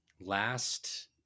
last